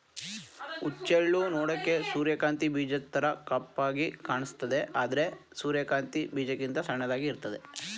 ಹುಚ್ಚೆಳ್ಳು ನೋಡೋಕೆ ಸೂರ್ಯಕಾಂತಿ ಬೀಜದ್ತರ ಕಪ್ಪಾಗಿ ಕಾಣಿಸ್ತದೆ ಆದ್ರೆ ಸೂರ್ಯಕಾಂತಿ ಬೀಜಕ್ಕಿಂತ ಸಣ್ಣಗೆ ಇರ್ತದೆ